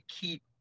keep